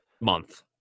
month